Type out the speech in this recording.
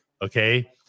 Okay